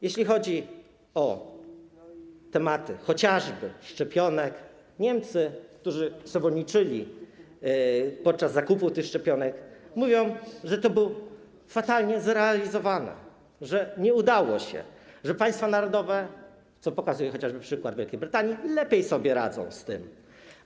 Jeśli chodzi o temat chociażby szczepionek, to Niemcy, którzy przewodniczyli podczas zakupów tych szczepionek, mówią, że to było fatalnie zrealizowane, że nie udało się, że państwa narodowe, co pokazuje chociażby przykład Wielkiej Brytanii, lepiej sobie z tym radzą.